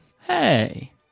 Hey